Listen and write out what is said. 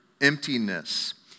emptiness